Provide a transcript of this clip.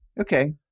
Okay